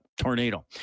tornado